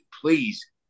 Please